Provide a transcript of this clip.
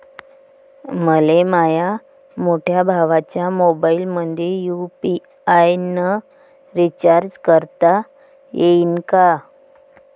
मले माह्या मोठ्या भावाच्या मोबाईलमंदी यू.पी.आय न रिचार्ज करता येईन का?